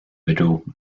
middle